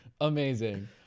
Amazing